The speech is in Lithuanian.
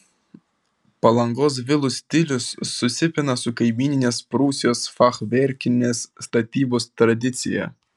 palangos vilų stilius susipina su kaimyninės prūsijos fachverkinės statybos tradicija